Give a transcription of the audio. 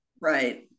Right